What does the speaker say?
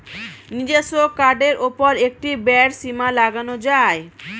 নিজস্ব কার্ডের উপর একটি ব্যয়ের সীমা লাগানো যায়